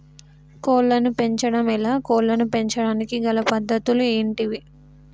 కోళ్లను పెంచడం ఎలా, కోళ్లను పెంచడానికి గల పద్ధతులు ఏంటివి?